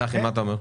צחי מה אתה אומר?